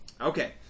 Okay